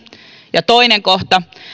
ja toinen kohta